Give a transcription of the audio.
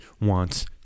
wants